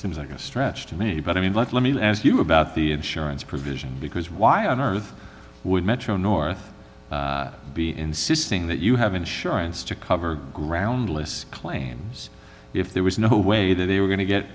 seems like a stretch to me but i mean let me ask you about the assurance provision because why on earth would metro north be insisting that you have insurance to cover groundless claims if there was no way that they were go